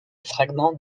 fragments